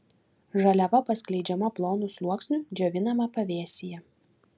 žaliava paskleidžiama plonu sluoksniu džiovinama pavėsyje